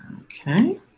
Okay